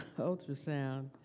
ultrasound